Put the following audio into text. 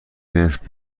جنس